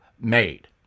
made